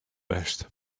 west